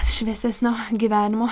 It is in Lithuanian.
šviesesnio gyvenimo